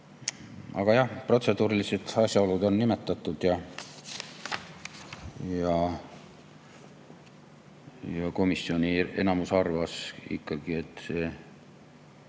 Aga jah, protseduurilised asjaolud on nimetatud. Komisjoni enamus arvas ikkagi, et